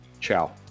Ciao